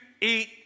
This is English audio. eat